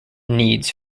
needs